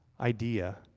idea